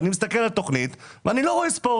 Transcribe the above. אבל שכשאני מסתכל על התוכנית הזאת אני לא רואה ספורט,